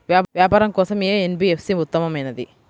వ్యాపారం కోసం ఏ ఎన్.బీ.ఎఫ్.సి ఉత్తమమైనది?